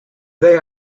they